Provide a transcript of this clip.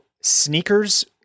sneakers